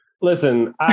Listen